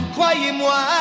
Croyez-moi